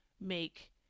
make